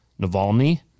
Navalny